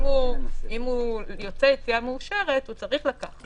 אם הוא יוצא יציאה מאושרת, הוא צריך לקחת.